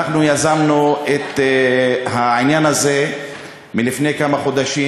אנחנו יזמנו את העניין הזה לפני כמה חודשים.